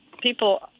people